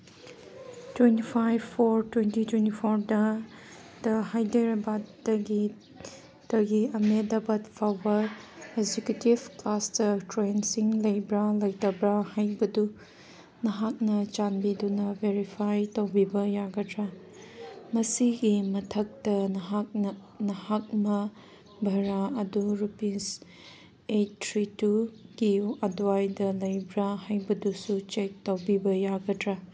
twenty five four twenty twenty ꯐꯣꯔꯗꯇ ꯍꯥꯏꯗ꯭ꯔꯕꯥꯠꯇꯒꯤ ꯇꯒꯤ ꯑꯃꯦꯗꯕꯥꯠꯐꯥꯎꯕ ꯑꯦꯖꯨꯀꯦꯇꯤꯞ ꯀ꯭ꯂꯥꯁꯇ ꯇ꯭ꯔꯦꯟꯁꯤꯡ ꯂꯩꯕ꯭ꯔꯥ ꯂꯩꯇꯕ꯭ꯔꯥ ꯍꯥꯏꯕꯗꯨ ꯅꯍꯥꯛꯅ ꯆꯥꯟꯕꯤꯗꯨꯅ ꯚꯦꯔꯤꯐꯥꯏ ꯇꯧꯕꯤꯕ ꯌꯥꯒꯗ꯭ꯔꯥ ꯃꯁꯤꯒꯤ ꯃꯊꯛꯇ ꯅꯍꯥꯛꯅ ꯅꯍꯥꯛꯅ ꯚꯔꯥ ꯑꯗꯨ ꯔꯨꯄꯤꯁ ꯑꯩꯠ ꯊ꯭ꯔꯤ ꯇꯨ ꯀꯦ ꯑꯗ꯭ꯋꯥꯏꯗ ꯂꯩꯕ꯭ꯔꯥ ꯍꯥꯏꯕꯗꯨꯁꯨ ꯆꯦꯛ ꯇꯧꯕꯤꯕ ꯌꯥꯒꯗ꯭ꯔꯥ